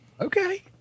Okay